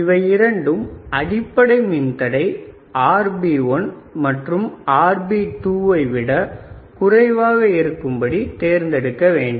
இவை இரண்டும் அடிப்படை மின்தடை RB1 மற்றும் RB2வை விட குறைவாக இருக்கும்படி தேர்ந்தெடுக்க வேண்டும்